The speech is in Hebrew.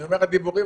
אני אומר הדיבורים